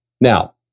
Now